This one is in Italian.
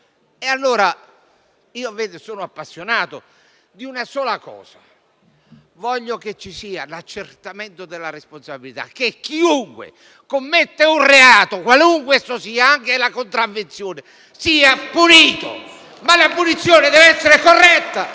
giustizia. Sono appassionato di una sola cosa: voglio che ci sia l'accertamento della responsabilità. Chiunque commette un reato - qualunque esso sia, anche la contravvenzione - deve essere punito, ma la punizione deve essere corretta